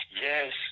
Yes